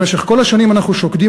במשך כל השנים אנחנו שוקדים,